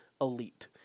elite